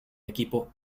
equipo